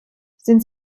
sind